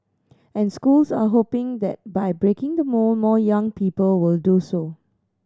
and schools are hoping that by breaking the mould more young people will do so